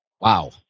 Wow